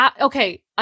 okay